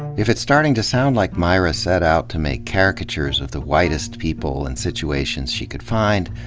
if it's starting to sound like myra set out to make caricatures of the whitest people and situations she could find,